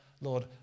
Lord